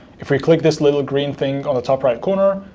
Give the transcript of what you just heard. if we click this little green thing on the top right corner,